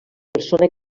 persona